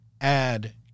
add